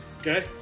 Okay